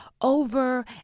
over